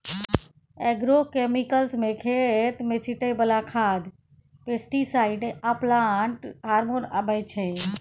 agrochemicals मे खेत मे छीटय बला खाद, पेस्टीसाइड आ प्लांट हार्मोन अबै छै